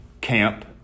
camp